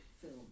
film